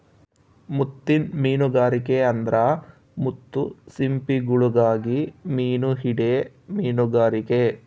ಮುತ್ತಿನ್ ಮೀನುಗಾರಿಕೆ ಅಂದ್ರ ಮುತ್ತು ಸಿಂಪಿಗುಳುಗಾಗಿ ಮೀನು ಹಿಡೇ ಮೀನುಗಾರಿಕೆ